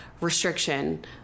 restriction